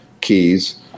keys